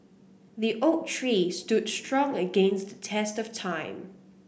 the oak tree stood strong against the test of time